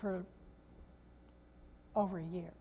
for over a year